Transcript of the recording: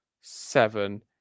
seven